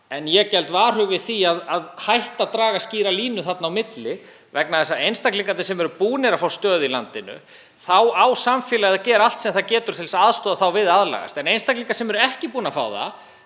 En ég geld varhug við því að hætta að draga skýra línu þarna á milli vegna þess að þegar einstaklingar eru búnir að fá stöðu í landinu á samfélagið að gera allt sem það getur til að aðstoða þá við að aðlagast því. En ef einstaklingar eru ekki búnir að fá hana